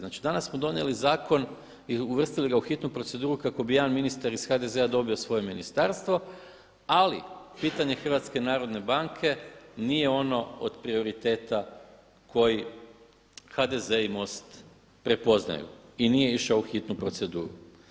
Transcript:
Znači danas smo donijeli zakon i uvrstili ga u hitnu proceduru kako bi jedan ministar iz HDZ-a dobio svoje ministarstvo ali pitanje HNB-a nije ono od prioriteta koji HDZ i MOST prepoznaju i nije išao u hitnu proceduru.